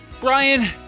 Brian